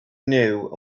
knew